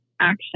action